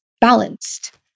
balanced